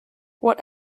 what